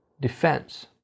defense